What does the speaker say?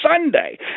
Sunday